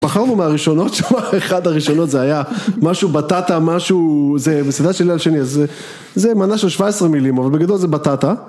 בחרנו מהראשונות, שאחד הראשונות זה היה משהו בטטה, משהו... זה מסעדה של איל שני, זה מנה של 17 מילים, אבל בגדול זה בטטה